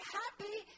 happy